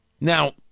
Now